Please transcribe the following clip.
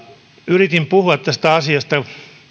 yritin puhua tästä asiasta